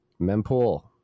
Mempool